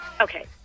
Okay